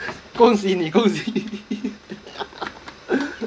恭喜你恭喜你